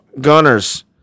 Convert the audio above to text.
gunners